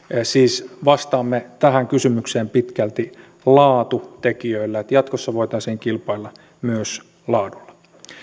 siis vastaamme tähän kysymykseen pitkälti laatutekijöillä että jatkossa voitaisiin kilpailla myös laadulla